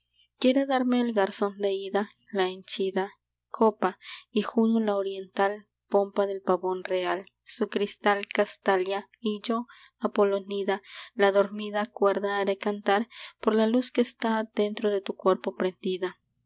quiera darme el garzón de ida la henchida copa y juno la oriental pompa del pavón real su cristal castalia y yo apolonida la dormida cuerda haré cantar por la luz que está dentro de tu cuerpo prendida